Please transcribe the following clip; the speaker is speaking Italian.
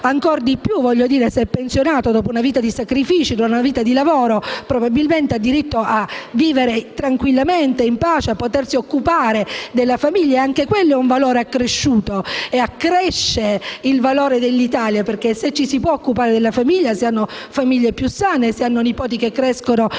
ancora di più se pensionato e dopo una vita di sacrifici e di lavoro. Probabilmente ha diritto a vivere tranquillamente e a potersi occupare della famiglia. Anche questo è un valore accresciuto e accresce il valore dell'Italia perché, se ci si può occupare della famiglia, si hanno famiglie più sane, si hanno nipoti che crescono in